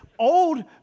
Old